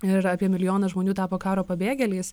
ir apie milijoną žmonių tapo karo pabėgėliais